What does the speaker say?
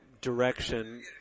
direction